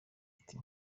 ati